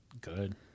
good